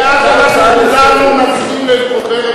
ואז אנחנו כולנו נסכים,